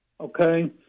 Okay